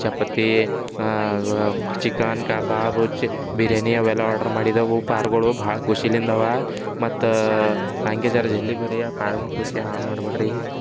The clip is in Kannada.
ಚಪಾತಿ ಚಿಕನ್ ಕಬಾಬು ಚ ಬಿರ್ಯಾನಿ ಅವೆಲ್ಲ ಆರ್ಡರ್ ಮಾಡಿದವು ಪಾರ್ಗಳು ಭಾಳ ಖುಷಿಲಿಂದವೆ ಮತ್ತು ಹಾಗೆ ಜರಾ ಜಲ್ದಿ ಬನ್ರಿ ಆ ಪಾರ್ಗಳ ಖುಷಿ ಹಾಳು ಮಾಡಬೇಡ್ರಿ